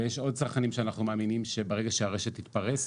ויש עוד צרכנים שאנחנו מאמינים שברגע שהרשת תתפרס,